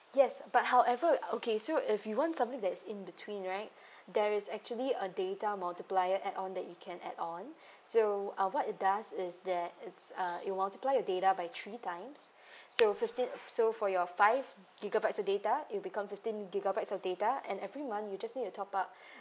yes but however okay so if you want something that's in between right there is actually a data multiplier add on that you can add on so uh what it does is that it's uh it multiply your data by three times so fifteen so for your five gigabytes the data it'll become fifteen gigabytes of data and every month you just need to top up